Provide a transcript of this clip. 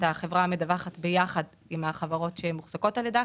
החברה המדווחת ביחד עם החברות שמוחזקות על ידה